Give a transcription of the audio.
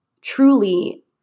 truly